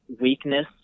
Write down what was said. weakness